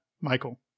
Michael